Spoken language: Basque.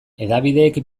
hedabideek